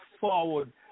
forward